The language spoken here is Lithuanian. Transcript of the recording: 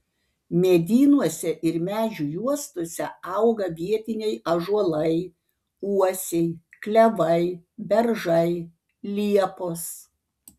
medynuose ir medžių juostose auga vietiniai ąžuolai uosiai klevai beržai liepos